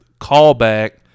callback